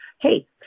hey